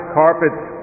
carpets